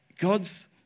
God's